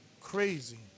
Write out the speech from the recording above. Crazy